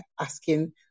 asking